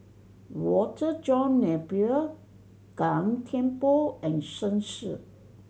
Walter John Napier Gan Thiam Poh and Shen Xi